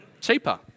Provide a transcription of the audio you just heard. cheaper